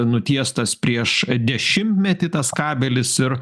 nutiestas prieš dešimtmetį tas kabelis ir